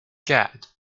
gad